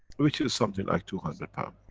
which is something like two hundred pound.